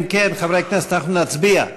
אם כן, חברי הכנסת, אנחנו נצביע.